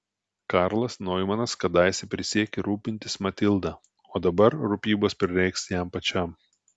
karlas noimanas kadaise prisiekė rūpintis matilda o dabar rūpybos prireiks jam pačiam